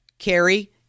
Carrie